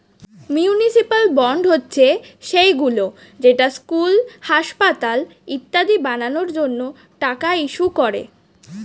municipal bond হচ্ছে সেইগুলো যেটা স্কুল, হাসপাতাল ইত্যাদি বানানোর জন্য টাকা ইস্যু করে